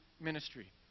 ministry